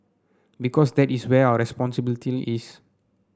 because that is where our responsibility is